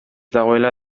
dagoela